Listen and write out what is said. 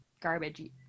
garbage